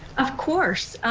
of course.